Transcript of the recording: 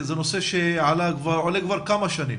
זה נושא שעולה כבר כמה שנים